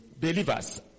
believers